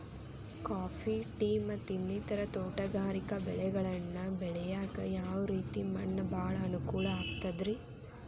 Coffee, tea, ಮತ್ತ ಇನ್ನಿತರ ತೋಟಗಾರಿಕಾ ಬೆಳೆಗಳನ್ನ ಬೆಳೆಯಾಕ ಯಾವ ರೇತಿ ಮಣ್ಣ ಭಾಳ ಅನುಕೂಲ ಆಕ್ತದ್ರಿ?